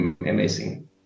amazing